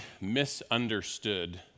misunderstood